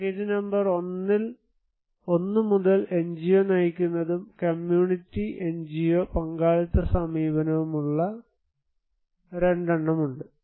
package number 1 മുതൽ NGO നയിക്കുന്നതും community NGO പങ്കാളിത്ത സമീപനവുമുള്ള എണ്ണംരണ്ടെണ്ണം ഉണ്ട്